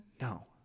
no